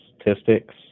statistics